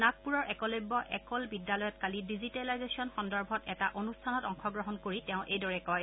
নাগপুৰৰ একলব্য একল বিদ্যালয়ত কালি ডিজিটেলাইজেশ্যন সন্দৰ্ভত এটা অনুষ্ঠানত অংশগ্ৰহণ কৰি তেওঁ এইদৰে কয়